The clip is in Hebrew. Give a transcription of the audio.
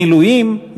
מילואים,